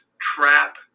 trap